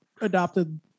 adopted